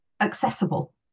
accessible